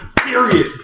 Period